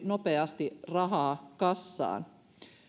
nopeasti rahaa kassaan